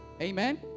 Amen